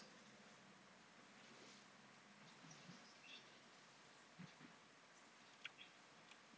Fila shoes